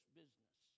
business